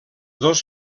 dos